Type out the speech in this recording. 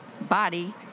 body